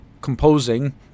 composing